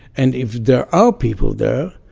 and if there are people there